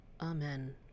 Amen